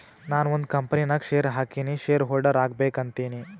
ನಾನು ಒಂದ್ ಕಂಪನಿ ನಾಗ್ ಶೇರ್ ಹಾಕಿ ಶೇರ್ ಹೋಲ್ಡರ್ ಆಗ್ಬೇಕ ಅಂತೀನಿ